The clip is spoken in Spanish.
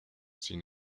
sin